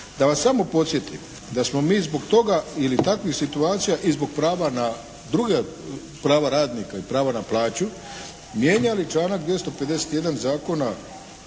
Da vas samo podsjetim da smo mi zbog toga ili takvih situacija i zbog prava na druga prava radnika i prava na plaću mijenjali članak 251. Zakona